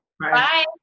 Bye